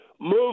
move